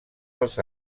els